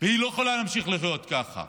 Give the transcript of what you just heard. והיא לא יכולה להמשיך לחיות ככה.